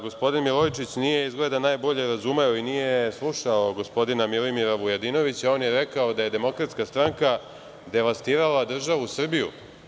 Gospodin Milojičić nije izgleda najbolje razumeo i nije slušao gospodina Milimira Vujadinovića, on je rekao da je Demokratska stranka devastirala državu Srbiju.